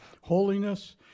holiness